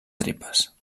tripes